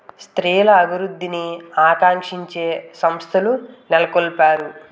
స్త్రీల అభివృద్ధిని ఆకాంక్షించే సంస్థలు నెలకొల్పారు